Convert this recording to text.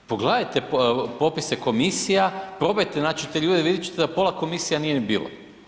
Pogledajte popise komisija, probajte naći te ljude, vidjet ćete da pola komisija nije ni bilo.